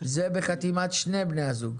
זה בחתימת שני בני הזוג.